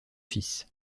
fils